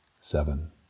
seven